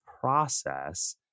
process